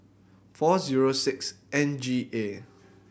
four zero six N G A